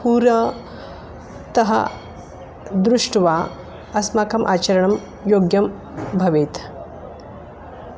पुरतः दृष्ट्वा अस्माकम् आचरणं योग्यं भवेत्